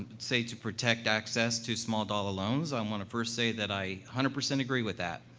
but say to protect access to small-dollar loans. i want to first say that i hundred percent agree with that,